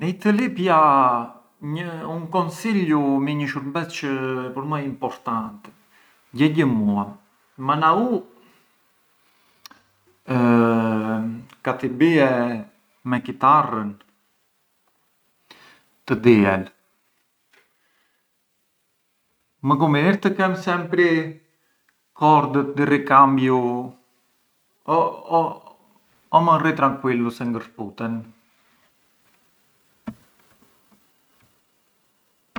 Dej të lipia un consigliu mbi një shurbes çë për mua ë importanti, gjegjëm mua, ma na u kat i bie me kitarrën të diel, më kunvinir të kem sempri kordët di ricambiu o… o mënd rri tranquillu se ngë këputen?